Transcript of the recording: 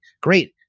Great